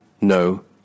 No